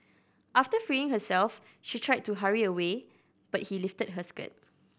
after freeing herself she tried to hurry away but he lifted her skirt